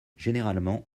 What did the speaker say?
généralement